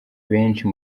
benshi